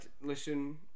listen